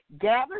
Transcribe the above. gather